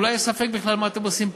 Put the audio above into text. אולי יש ספק בכלל מה אתם עושים פה,